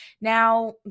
Now